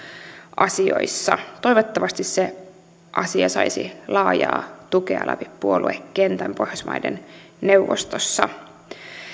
asioissa toivottavasti se asia saisi laajaa tukea läpi puoluekentän pohjoismaiden neuvostossa